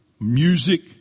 music